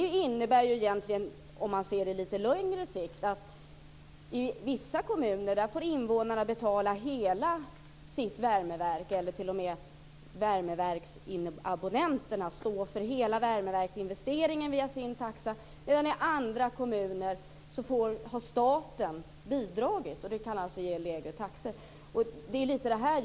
Detta innebär på lite längre sikt att värmeverksabonnenterna i vissa kommuner får stå för hela värmeverksinvesteringen via sin taxa, medan staten lämnar bidrag till andra kommuner, vilket kan ge lägre taxor.